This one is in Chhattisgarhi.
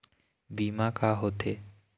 बीमा का होते?